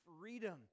freedom